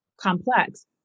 complex